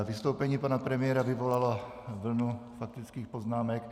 Vystoupení pana premiéra vyvolalo vlnu faktických poznámek.